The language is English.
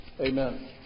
Amen